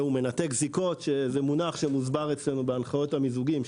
והוא מנתק זיקות זה מונח שמוסבר אצלנו בהנחיות המיזוגים,